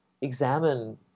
examine